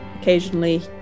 Occasionally